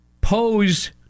pose